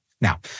Now